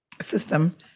system